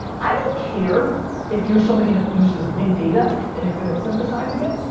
i don't care if you're somebody that uses big data and you're good at synthesizing it.